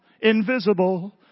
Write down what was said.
invisible